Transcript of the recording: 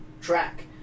track